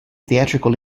theatrical